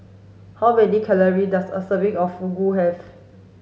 how many calories does a serving of Fugu have